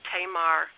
Tamar